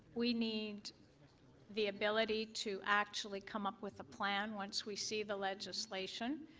we need the ability to actually come up with a plan once we see the legislation.